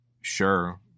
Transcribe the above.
sure